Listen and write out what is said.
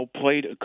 played